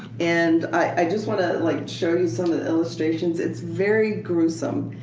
and i just want to like show you some of the illustrations. it's very gruesome.